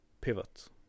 pivot